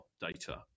data